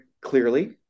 clearly